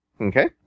Okay